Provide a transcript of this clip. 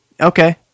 Okay